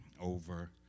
over